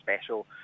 special